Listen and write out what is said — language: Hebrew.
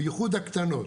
בייחוד הקטנות.